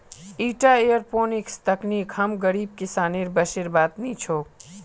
ईटा एयरोपोनिक्स तकनीक हम गरीब किसानेर बसेर बात नी छोक